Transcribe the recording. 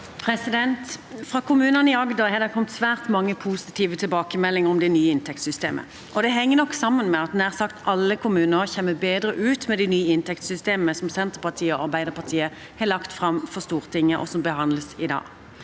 Fra kommu- nene i Agder har det kommet svært mange positive tilbakemeldinger om det nye inntektssystemet. Det henger nok sammen med at nær sagt alle kommuner kommer bedre ut med det nye inntektssystemet, som Senterpartiet og Arbeiderpartiet har lagt fram for Stortinget, og som behandles i dag.